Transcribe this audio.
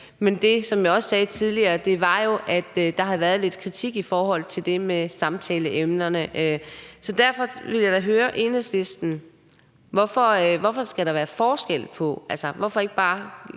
Men det, jeg også sagde tidligere, var jo, at der havde været lidt kritik i forhold til det med samtaleemnerne. Så derfor vil jeg da høre Enhedslisten: Hvorfor skal der være forskel på det? Hvorfor ikke bare